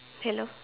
hello